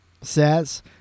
says